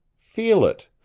feel it,